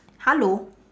hello